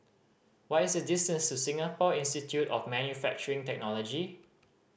what is the distance to Singapore Institute of Manufacturing Technology